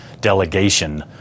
delegation